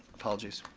apologies.